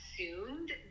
assumed